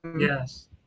Yes